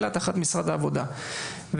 אלא תחת משרד העבודה ולכן,